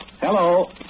Hello